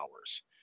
hours